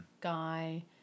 guy